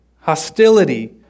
hostility